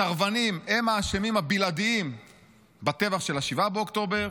הסרבנים הם האשמים הבלעדיים בטבח של 7 באוקטובר.